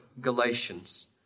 Galatians